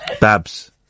Babs